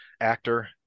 actor